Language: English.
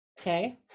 okay